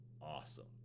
awesome